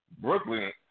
Brooklyn